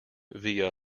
via